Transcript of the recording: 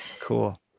Cool